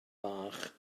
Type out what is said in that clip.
bach